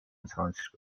francisco